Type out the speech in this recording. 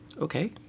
Okay